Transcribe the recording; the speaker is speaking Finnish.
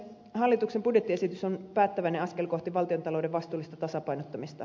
hallituksen budjettiesitys on päättäväinen askel kohti valtiontalouden vastuullista tasapainottamista